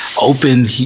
open